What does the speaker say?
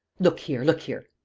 look here, look here,